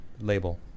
label